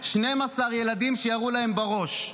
12 ילדים שירו להם בראש,